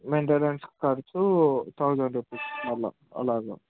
ఖర్చు thousand rupees మళ్ళీ అలాగా